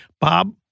Bob